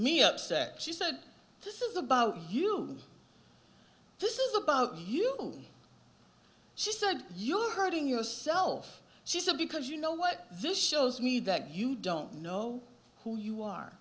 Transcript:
me upset she said this is about you this is about you she said you're hurting yourself she said because you know what this shows me that you don't know who you are